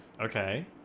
Okay